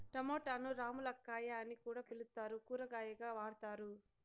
టమోటాను రామ్ములక్కాయ అని కూడా పిలుత్తారు, కూరగాయగా వాడతారు